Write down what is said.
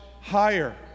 higher